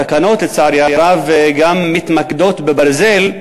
התקנות, לצערי הרב, גם מתמקדות בברזל,